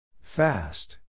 Fast